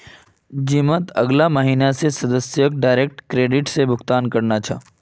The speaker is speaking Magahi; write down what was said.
जिमत अगला महीना स सदस्यक डायरेक्ट क्रेडिट स भुक्तान करना छ